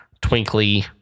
Twinkly